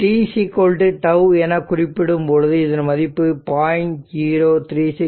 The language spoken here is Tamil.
t τ என குறிப்பிடும்போது இதன் மதிப்பு 0